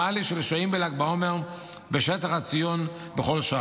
של השוהים בל"ג בעומר בשטח הציון בכל שעה.